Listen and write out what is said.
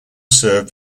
served